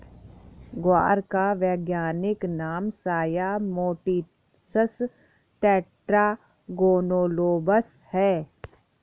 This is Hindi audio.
ग्वार का वैज्ञानिक नाम साया मोटिसस टेट्रागोनोलोबस है